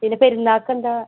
പിന്നെ പെരുനാൾക്കെന്താണ്